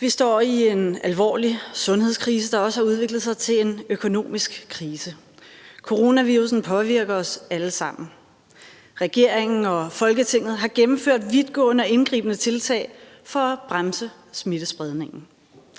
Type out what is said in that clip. Vi står i en alvorlig sundhedskrise, der også har udviklet sig til en økonomisk krise. Coronavirussen påvirker os alle sammen. Regeringen og Folketinget har gennemført vidtgående og indgribende tiltag for at bremse smittespredningen.